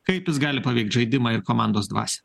kaip jis gali paveikt žaidimą ir komandos dvasią